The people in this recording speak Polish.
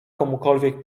komukolwiek